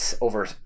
over